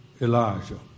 Elijah